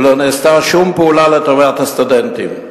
ולא נעשתה שום פעולה לטובת הסטודנטים.